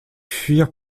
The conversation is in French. fuir